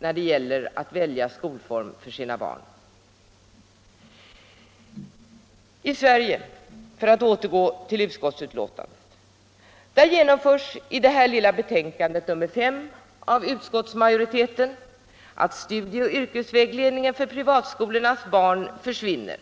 rätten att välja skolform för sina barn. I Sverige åstadkommer utbildningsutskottets majoritet i och med detta lilla betänkande att möjligheten till studieoch yrkesvägledning för privatskolornas barn försvinner.